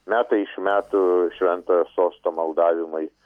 metai iš metų šventojo sosto maldavimai